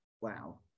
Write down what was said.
Wow